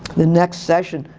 the next session,